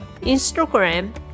Instagram